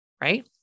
right